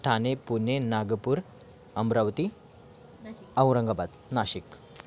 Thane Pune Nagpur Amravati Aurangabad Nashik